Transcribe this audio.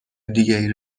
دیگری